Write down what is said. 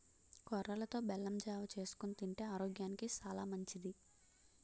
కొర్రలతో బెల్లం జావ చేసుకొని తింతే ఆరోగ్యానికి సాలా మంచిది